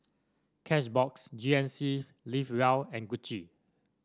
Cashbox G N C Live Well and Gucci